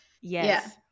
Yes